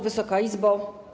Wysoka Izbo!